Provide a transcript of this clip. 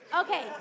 Okay